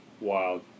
Wild